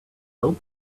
hope